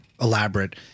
elaborate